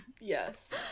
Yes